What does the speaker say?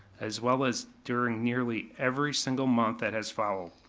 as well as during nearly every single month that has followed.